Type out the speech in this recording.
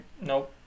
Nope